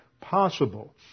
possible